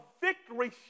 victory